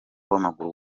w’amaguru